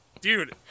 Dude